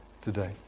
today